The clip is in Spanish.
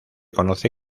conoce